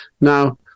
Now